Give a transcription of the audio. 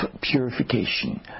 purification